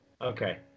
Okay